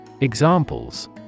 Examples